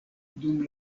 dum